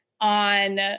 On